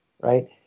right